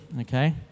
Okay